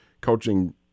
coaching